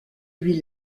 lui